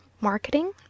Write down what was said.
Marketing